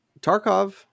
Tarkov